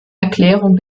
erklärung